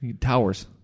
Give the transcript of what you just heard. towers